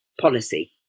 policy